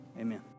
Amen